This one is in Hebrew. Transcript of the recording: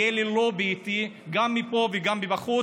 יהיה לי לובי איתי, גם מפה וגם מבחוץ.